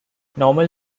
normal